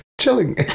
chilling